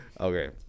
Okay